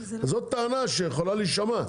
זאת טענה שיכולה להישמע.